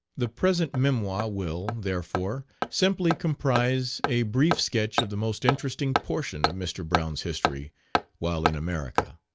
the present memoir will, therefore, simply comprise a brief sketch of the most interesting portion of mr. brown's history while in america,